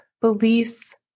beliefs